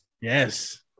Yes